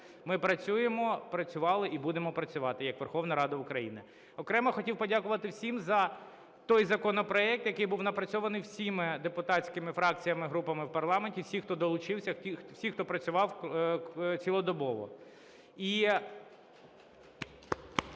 Ми працюємо, працювали і будемо працювати як Верховна Рада України. Окремо хотів подякувати всім за той законопроект, який був напрацьований всіма депутатськими фракціями, групами в парламенті, всі, хто долучився, всі, хто працював цілодобово.